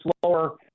slower